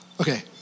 Okay